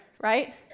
right